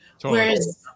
whereas